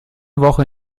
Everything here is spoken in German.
woche